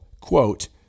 quote